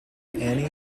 annie